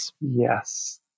Yes